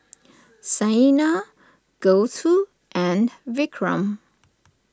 Saina Gouthu and Vikram